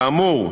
כאמור,